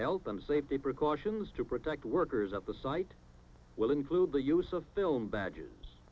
supplies them safety precautions to protect workers at the site will include the use of film badges